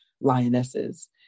lionesses